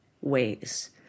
ways